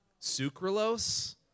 Sucralose